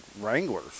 Wranglers